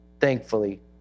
thankfully